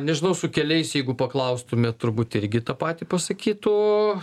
nežinau su keliais jeigu paklaustume turbūt irgi tą patį pasakytų